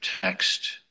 text